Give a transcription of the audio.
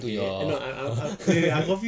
okay no I I I okay I confused